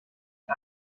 die